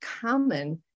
common